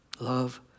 Love